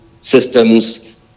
systems